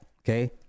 Okay